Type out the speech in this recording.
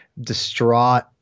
distraught